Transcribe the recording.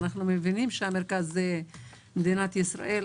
אנחנו מבינים שהמרכז זה מדינת ישראל,